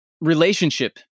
relationship